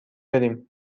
بریم